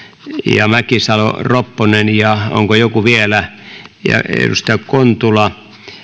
ja mäkisalo ropponen ja onko joku vielä edustaja kontula